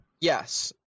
yes